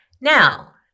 Now